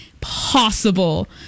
possible